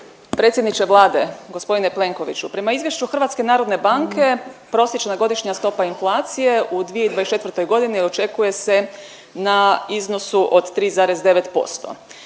Predsjedniče Vlade, g. Plenkoviću, prema izvješću HNB-a prosječna godišnja stopa inflacije u 2024.g. očekuje se na iznosu od 3,9%.